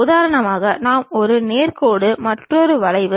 உதாரணமாக நாம் ஒரு நேர் கோடு மற்றொன்று ஒரு வளைவு